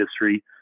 history